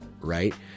right